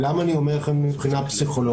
ולמה אני אומר מבחינה פסיכולוגית?